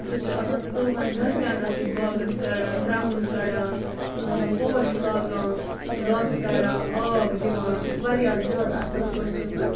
سُہ چھُ آسان ژۄوُہن گنٹن اتھٕ یہِ باغس کڑان درٛمُن کڑان اۭں پوش لاگان گاسہٕ کڑان آب دِوان واریاہ زیادٕ اصل پٲٹھۍ چھُ سُہ